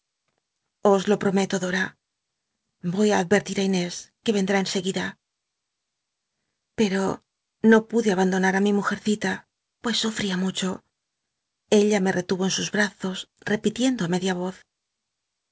os lo prometo dora i'oy achetlit inés que l'endr i en seguida l'cro no pude abandonar á mi mujercita pues surtia mucho ella me retui'o en ous lmtzos repitiendo a media oz